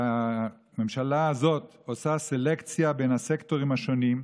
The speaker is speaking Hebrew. והממשלה הזאת עושה סלקציה בין הסקטורים השונים,